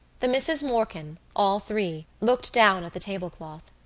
the misses morkan, all three, looked down at the tablecloth.